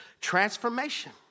transformation